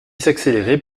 s’accélérer